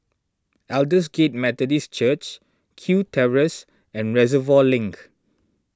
Aldersgate Methodist Church Kew Terrace and Reservoir Link